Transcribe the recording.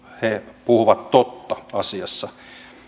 he puhuvat totta asiassa